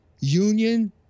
union